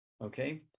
Okay